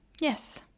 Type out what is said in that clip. Yes